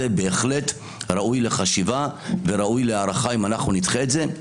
בהחלט ראוי לחשיבה וראוי להערכה אם אנחנו נדחה את זה.